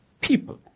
people